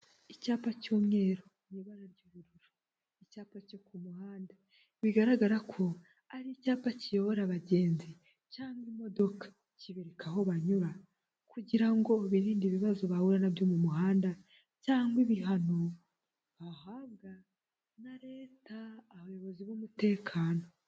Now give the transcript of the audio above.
Icyapa cy'umweru mu ibara ry'ubururu. Icyapa cyo ku muhanda bigaragara ko ari icyapa kiyobora abagenzi cyangwa imodoka kibereka aho banyura kugira ngo birinde ibibazo bahura nabyo mu muhanda cyangwa ibihano bahabwa na Leta, abayobozi b'umutekano.